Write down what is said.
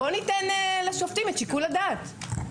בוא ניתן לשופטים את שיקול הדעת.